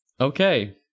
Okay